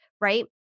right